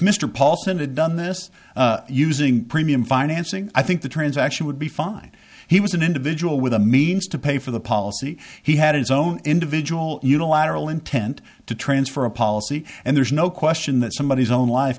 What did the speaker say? paulson had done this using premium financing i think the transaction would be fine he was an individual with a means to pay for the policy he had his own individual unilateral intent to transfer a policy and there's no question that somebody zone life